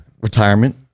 retirement